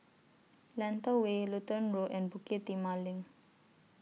Lentor Way Lutheran Road and Bukit Timah LINK